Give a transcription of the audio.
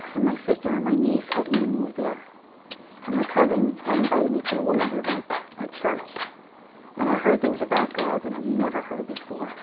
and my sister and my niece helped, me to move there and my cousin had invited me to a, woman's event at. church and i heard things about god that i've never heard, before